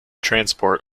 transport